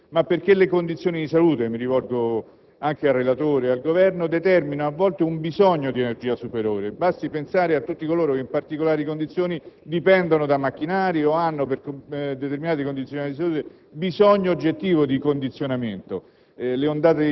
o possono essere indennizzate da facilitazioni economiche, ma perché le condizioni di salute (mi rivolgo anche al relatore e al Governo) determinano a volte un bisogno di energia superiore: basti pensare a tutti coloro che in particolari condizioni dipendono da macchinari o che, per determinate condizioni di salute,